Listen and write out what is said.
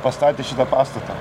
pastatė šitą pastatą